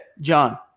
John